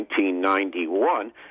1991